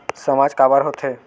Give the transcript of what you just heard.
सामाज काबर हो थे?